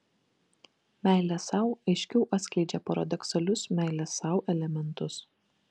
meilė sau aiškiau atskleidžia paradoksalius meilės sau elementus